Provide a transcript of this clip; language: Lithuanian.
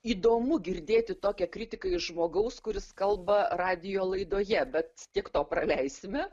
įdomu girdėti tokią kritiką iš žmogaus kuris kalba radijo laidoje bet tiek to praleisime